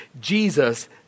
Jesus